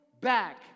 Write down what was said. back